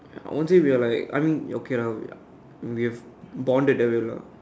I won't say we are like I mean okay lah we are we are bonded that way lah